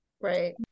Right